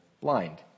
blind